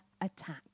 attack